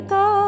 go